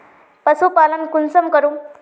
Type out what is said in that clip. पशुपालन कुंसम करूम?